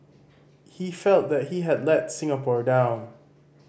he felt that he had let Singapore down